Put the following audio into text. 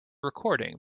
recording